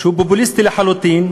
שהוא פופוליסטי לחלוטין,